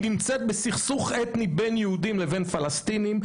היא נמצאת בסכסוך אתני בין יהודים לבין פלסטינים,